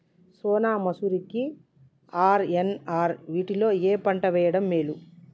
సోనా మాషురి కి ఆర్.ఎన్.ఆర్ వీటిలో ఏ పంట వెయ్యడం మేలు?